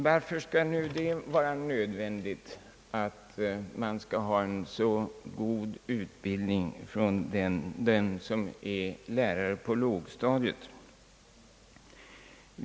Varför skall det nu vara nödvändigt med en så god utbildning för den som är lärare på lågstadiet?